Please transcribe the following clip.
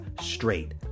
straight